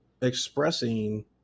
expressing